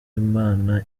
imana